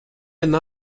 and